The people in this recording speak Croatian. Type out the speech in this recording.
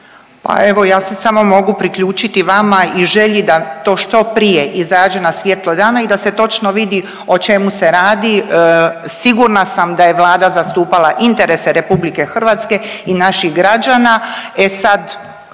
Pa evo ja se samo mogu priključiti vama i želji da to što prije izađe na svjetlo dana i da se točno vidi o čemu se radi. Sigurna sam da je Vlada zastupala interese RH i naših građana,